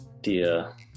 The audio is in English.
dear